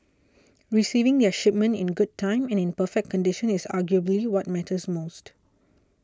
receiving their shipment in good time and in perfect condition is arguably what matters most